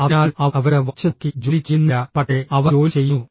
അതിനാൽ അവർ അവരുടെ വാച്ച് നോക്കി ജോലി ചെയ്യുന്നില്ല പക്ഷേ അവർ ജോലി ചെയ്യുന്നു